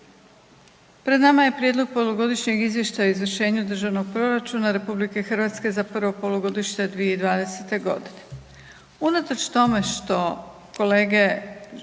Pred nama je Prijedlog polugodišnjeg izvještaja o izvršenju državnog proračuna RH za prvo polugodište 2020. godine. Unatoč tome što kolege